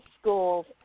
schools